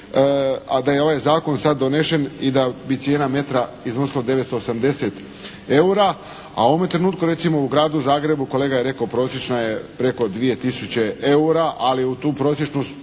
a da je ovaj zakon sad donesen i da bi cijena metra iznosila 980 eura, a u ovome trenutku recimo u Gradu Zagrebu kolega je rekao prosječna je preko 2000 eura, ali u tu prosječnu